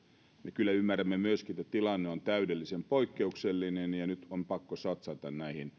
kyllä ymmärrämme myöskin että tilanne on täydellisen poikkeuksellinen ja nyt on pakko satsata